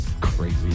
crazy